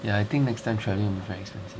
ya I think next time travelling will be very expensive